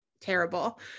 terrible